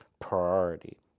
priority